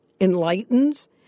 enlightens